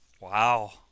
Wow